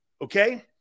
Okay